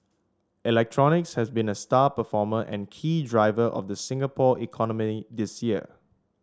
electronics has been a star performer and key driver of the Singapore economy this year